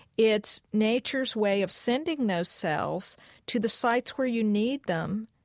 it's nature's way of sending those cells to the sites where you need them